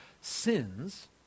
sins